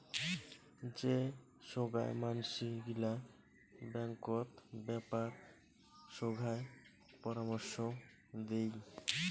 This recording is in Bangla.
যে সোগায় মানসি গিলা ব্যাঙ্কত বেপার সোগায় পরামর্শ দেই